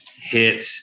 hit